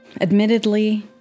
Admittedly